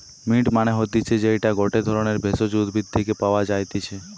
mint মানে হতিছে যেইটা গটে ধরণের ভেষজ উদ্ভিদ থেকে পাওয় যাই্তিছে